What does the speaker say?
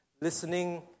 listening